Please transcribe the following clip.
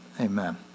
amen